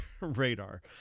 radar